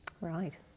Right